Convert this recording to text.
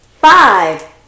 Five